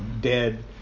dead